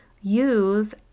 use